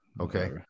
Okay